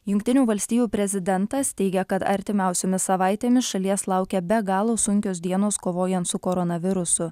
jungtinių valstijų prezidentas teigia kad artimiausiomis savaitėmis šalies laukia be galo sunkios dienos kovojant su koronavirusu